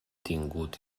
tingut